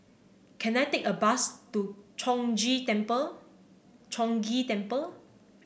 can I take a bus to Chong Gee Temple Chong Ghee Temple